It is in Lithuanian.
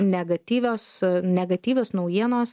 negatyvios negatyvios naujienos